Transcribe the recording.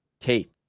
Kate